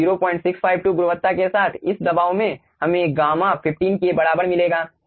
तो 0652 गुणवत्ता के साथ इस दबाव पर हमें गामा 15 के बराबर मिलेगा